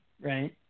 right